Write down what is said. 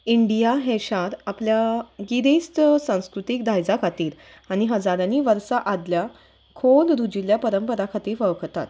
India हें शार आपल्या गिरेस्त संस्कृतीक दायजा खातीर आनी हजारांनी वर्सां आदल्या खोल रुजिल्ल्या परंपरां खातीर वळखतात